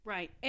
Right